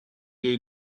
est